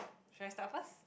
should I start first